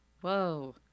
Whoa